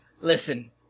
Listen